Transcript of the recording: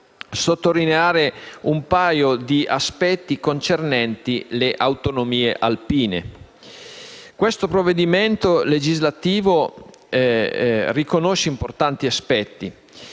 sottolineare un paio di aspetti concernenti le autonomie alpine. Il provvedimento in esame riconosce importanti aspetti.